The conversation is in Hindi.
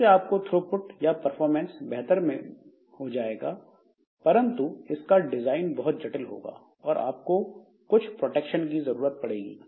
इससे आपका थ्रोपुट या परफॉर्मेंस बेहतर हो जाएगा परंतु इसका डिजाइन बहुत जटिल होगा और आपको कुछ प्रोटेक्शन की जरूरत पड़ेगी